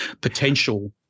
potential